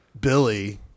Billy